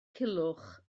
culhwch